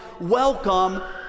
welcome